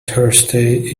thursday